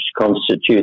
constitute